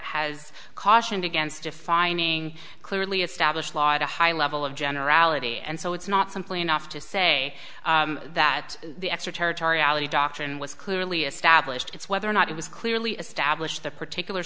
has cautioned against defining clearly established law at a high level of generality and so it's not simply enough to say that the extraterritoriality doctrine was clearly established it's whether or not it was clearly established the particular